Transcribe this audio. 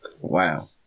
Wow